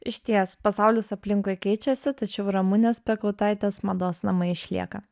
išties pasaulis aplinkui keičiasi tačiau ramunės piekautaitės mados namai išlieka